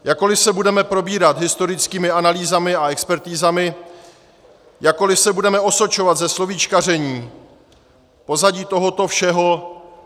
Jakkoliv se budeme probírat historickými analýzami a expertizami, jakkoliv se budeme osočovat ze slovíčkaření, pozadí tohoto všeho je děsivé.